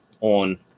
on